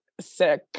sick